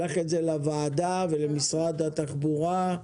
שלח את זה לוועדה ולמשרד התחבורה.